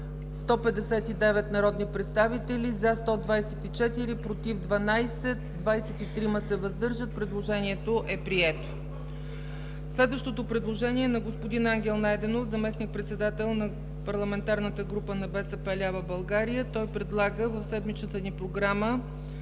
159 народни представители: за 124, против 12, въздържали се 23. Предложението е прието. Следващото предложение е на господин Ангел Найденов – заместник-председател на Парламентарната група на „БСП лява България”. Той предлага в седмичната ни Програма